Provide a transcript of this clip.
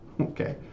Okay